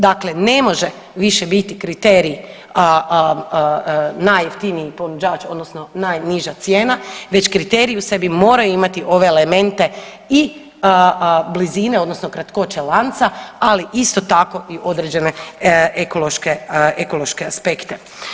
Dakle, ne može više biti kriterij najjeftiniji ponuđač odnosno najniža cijene, već kriterij u sebi mora imati ove elemente i blizine odnosno kratkoće lanca, ali isto tako i određene ekološke aspekte.